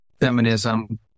feminism